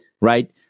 right